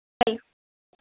hello